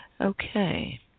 Okay